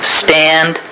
stand